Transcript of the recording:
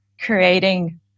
creating